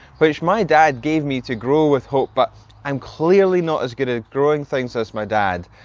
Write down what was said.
which my dad gave me to grow with hope, but i'm clearly not as good at growing things as my dad,